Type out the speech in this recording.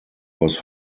was